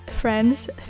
friends